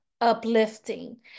uplifting